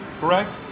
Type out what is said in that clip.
correct